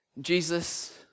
Jesus